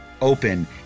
open